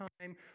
time